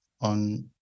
on